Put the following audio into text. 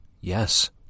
Yes